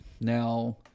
Now